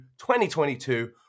2022